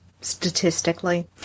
statistically